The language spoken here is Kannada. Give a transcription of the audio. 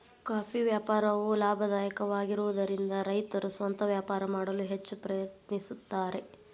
ಕಾಫಿ ವ್ಯಾಪಾರವು ಲಾಭದಾಯಕವಾಗಿರುವದರಿಂದ ರೈತರು ಸ್ವಂತ ವ್ಯಾಪಾರ ಮಾಡಲು ಹೆಚ್ಚ ಪ್ರಯತ್ನಿಸುತ್ತಾರೆ